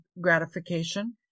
gratification